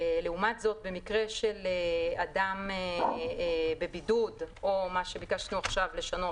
לעומת זאת במקרה של אדם בבידוד או מה שביקשנו עכשיו לשנות,